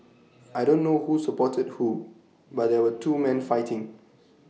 I don't know who supported who but there were two man fighting